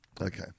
Okay